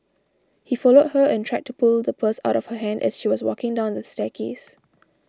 he followed her and tried to pull the purse out of her hand as she was walking down the staircase